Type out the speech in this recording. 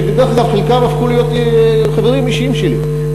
שדרך אגב חלקם הפכו להיות חברים אישיים שלי.